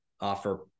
offer